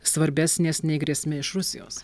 svarbesnės nei grėsmė iš rusijos